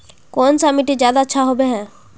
कौन सा मिट्टी ज्यादा अच्छा होबे है?